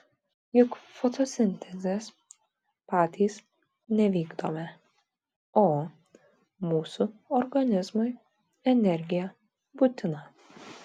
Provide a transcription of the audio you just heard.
juk fotosintezės patys nevykdome o mūsų organizmui energija būtina